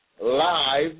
live